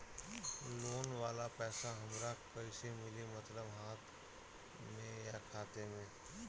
Loan वाला पैसा हमरा कइसे मिली मतलब हाथ में या खाता में?